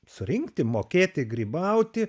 surinkti mokėti grybauti